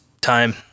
time